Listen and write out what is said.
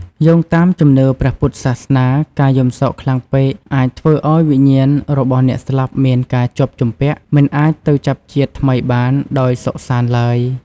យោងតាមជំនឿព្រះពុទ្ធសាសនា ការយំសោកខ្លាំងពេកអាចធ្វើឱ្យវិញ្ញាណរបស់អ្នកស្លាប់មានការជាប់ជំពាក់មិនអាចទៅចាប់ជាតិថ្មីបានដោយសុខសាន្តឡើយ។